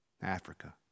Africa